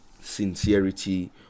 sincerity